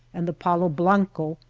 and the palo bianco,